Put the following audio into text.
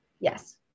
Yes